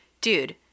Dude